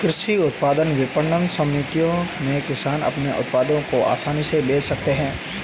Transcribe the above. कृषि उत्पाद विपणन समितियों में किसान अपने उत्पादों को आसानी से बेच सकते हैं